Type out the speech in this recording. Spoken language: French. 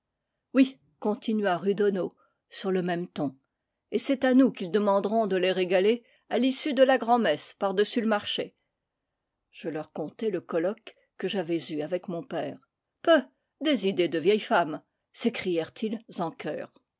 oui continua rudono sur le même ton et c'est à nous qu'ils demanderont de les régaler à l'issue de la grand'messe par-dessus le marché je leur contai le colloque que j'avais eu avec mon père peuh des idées de vieilles femmes s'écrièrent-ils en chœur